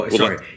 sorry